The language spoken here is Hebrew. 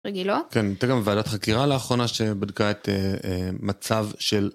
רגילות. הייתה גם ועדת חקירה לאחרונה שבדקה את מצב של.